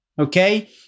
Okay